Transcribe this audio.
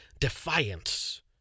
defiance